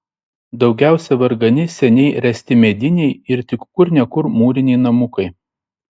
daugiausiai vargani seniai ręsti mediniai ir tik kur ne kur mūriniai namukai